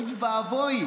אוי ואבוי.